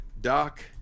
Doc